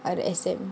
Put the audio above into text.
ada exam